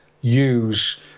use